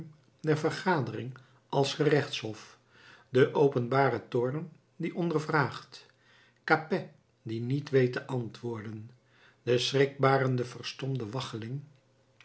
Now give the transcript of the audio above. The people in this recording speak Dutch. der vergadering als gerechtshof de openbare toorn die ondervraagt capet die niet weet te antwoorden de schrikbarende verstomde waggeling